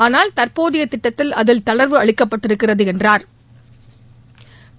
ஆனால் தற்போதைய திட்டத்தில் அதில் தளா்வு அளிக்கப்பட்டிருக்கிறது என்றாா்